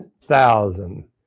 thousand